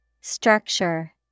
Structure